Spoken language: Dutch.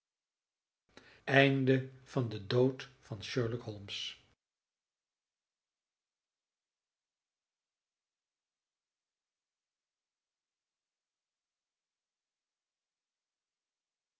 of de dood van sherlock holmes